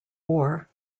war